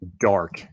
dark